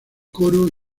coro